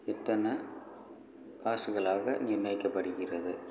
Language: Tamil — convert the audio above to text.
எத்தனை காசுகளாக நிர்ணயிக்கப்படுகிறது